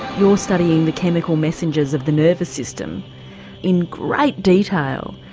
you're studying the chemical messengers of the nervous system in great detail.